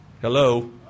Hello